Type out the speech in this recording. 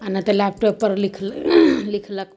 नहि तऽ लैपटॉप पर लिख लिखलक